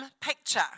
picture